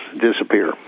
Disappear